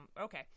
okay